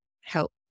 help